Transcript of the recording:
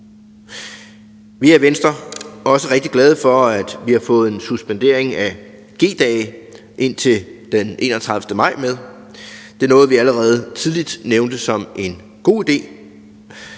Vi er i Venstre også rigtig glade for, at vi har fået en suspendering af G-dage indtil den 31. maj med. Det er noget, som vi allerede tidligt nævnte som en god idé.